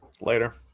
Later